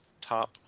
top